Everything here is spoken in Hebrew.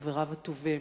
חבריו הטובים,